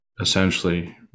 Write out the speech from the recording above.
essentially